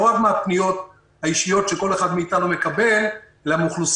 לא רק מהפניות האישיות שכל אחד מאתנו מקבל לאוכלוסיות